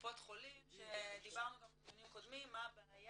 קופות חולים שדיברנו כבר בדיונים קודמים שהבעיה